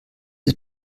ist